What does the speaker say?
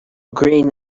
green